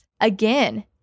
again